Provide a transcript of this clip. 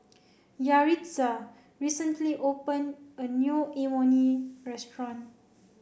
Yaritza recently open a new Imoni restaurant